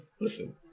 Listen